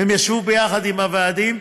והם ישבו ביחד עם הוועדים.